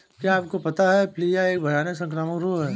क्या आपको पता है प्लीहा एक भयानक संक्रामक रोग है?